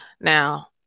Now